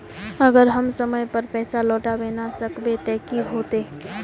अगर हम समय पर पैसा लौटावे ना सकबे ते की होते?